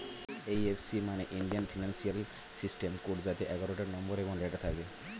এই F C মানে Indian financial system code যাতে এগারোটা নম্বর এবং লেটার থাকে